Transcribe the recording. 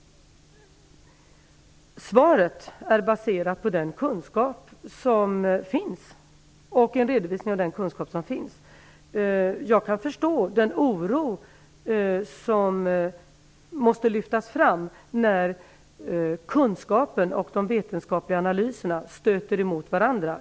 Svaret är baserat på, och är en redovisning av, den kunskap som finns. Jag kan förstå den oro som måste lyftas fram när kunskapen och de vetenskapliga analyserna stöter emot varandra.